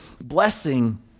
blessing